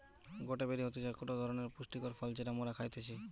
গটে বেরি হতিছে একটো ধরণের পুষ্টিকর ফল যেটা মোরা খাইতেছি